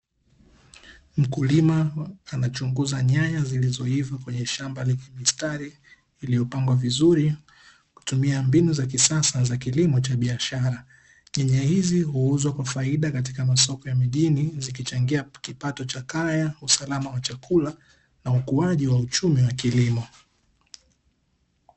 Mkulima anachunguza nyanya zilizoiva zilizopo kwenye bustani zilizopangwa vizuri kutumia mbinu za kisasa za kilimo cha biashara nyanya hzi huuzwa kwa faida katika masoko ya mjini zikichangia kipato cha kaya usalama wa chakula na ukuaji wa uchumi wa kilimo